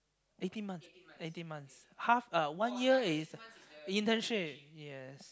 eighteen months eighteen months half a one year is internship yes